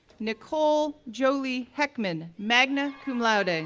nicole jolie heckman, magna cum laude, and